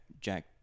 Jack